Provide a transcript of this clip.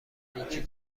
نیکی